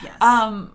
yes